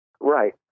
Right